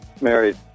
Married